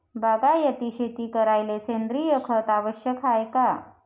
बागायती शेती करायले सेंद्रिय खत आवश्यक हाये का?